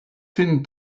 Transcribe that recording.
finn